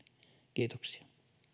kiitoksia